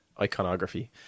iconography